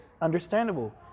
understandable